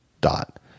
dot